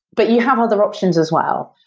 but you have other options as well.